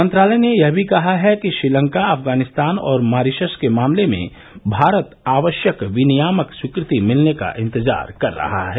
मंत्रालय ने यह भी कहा है कि श्रीलंका अफगानिस्तान और मॉरिशस के मामले में भारत आवश्यक विनियामक स्वीकृति मिलने का इंतजार कर रहा है